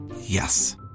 Yes